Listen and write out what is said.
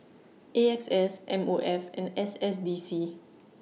A X S M O F and S S D C